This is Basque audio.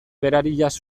berariaz